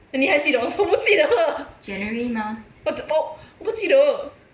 eh 你还记得我不记得了我我不记得